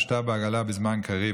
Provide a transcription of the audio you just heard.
השתא בעגלא ובזמן קריב",